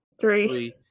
three